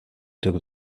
took